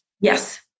Yes